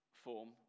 form